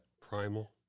Primal